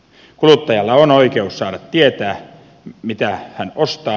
kuluttajalla on oikeus saada tietää mitä hän ostaa